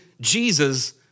Jesus